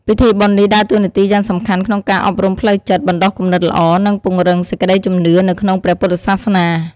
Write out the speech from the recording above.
ពិធីបុណ្យនេះដើរតួនាទីយ៉ាងសំខាន់ក្នុងការអប់រំផ្លូវចិត្ត បណ្ដុះគំនិតល្អ និងពង្រឹងសេចក្ដីជំនឿនៅក្នុងព្រះពុទ្ធសាសនា។